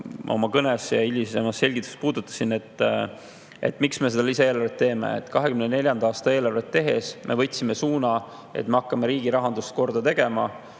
oma kõnes ja hilisemas selgituses ma puudutasin seda, miks me selle lisaeelarve tegime. 2024. aasta eelarvet tehes me võtsime suuna, et me hakkame riigi rahandust korda tegema.